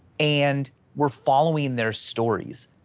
and we're following their stories.